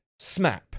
SMAP